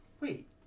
wait